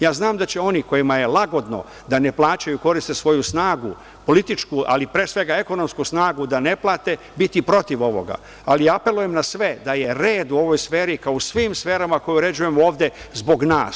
Znam da će oni kojima je lagodno da ne plaćaju, koriste svoju snagu, političku, ali pre svega ekonomsku snagu da ne plate, biti protiv ovoga, ali apelujem na sve da je red u ovoj sferi kao i u svim sferama koje uređujemo ovde, zbog nas.